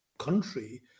country